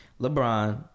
LeBron